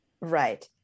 Right